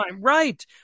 Right